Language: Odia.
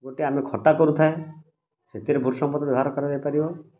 ଗୋଟେ ଆମେ ଖଟା କରୁଥାଏ ସେଥିରେ ଭୃସଙ୍ଗ ପତ୍ର ବ୍ୟବହାର କରାଯାଇପାରିବ